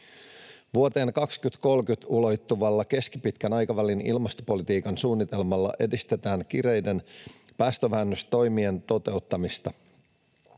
Vuoteen 2030 ulottuvalla keskipitkän aikavälin ilmastopolitiikan suunnitelmalla edistetään kireiden päästövähennystoimien toteuttamista.